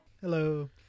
Hello